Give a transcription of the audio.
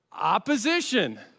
Opposition